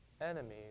Enemies